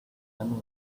one